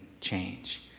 change